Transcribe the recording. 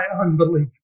unbelief